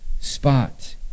spot